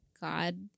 God